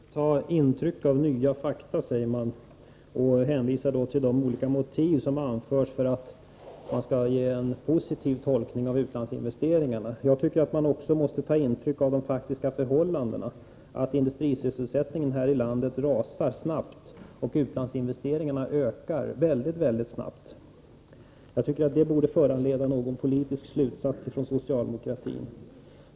Herr talman! Man måste ta intryck av nya fakta, säger Christer Nilsson och hänvisar till de olika motiv som anförts för att ge en positiv tolkning när det gäller utlandsinvesteringarna. Jag tycker att man också måste ta intryck av de faktiska förhållandena, att industrisysselsättningen här i landet rasar och utlandsinvesteringarna ökar väldigt snabbt. Det borde föranleda någon politisk slutsats från socialdemokratin.